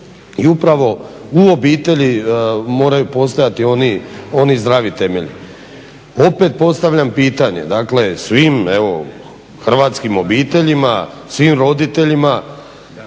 i upravo u obitelji moraju postojati oni zdravi temelji. Opet postavljam pitanje, svim hrvatskim obiteljima, svim roditeljima,